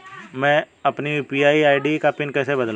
मैं अपनी UPI ID का पिन कैसे बदलूं?